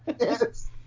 Yes